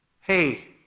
Hey